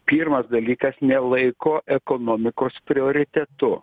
pirmas dalykas nelaiko ekonomikos prioritetu